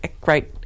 great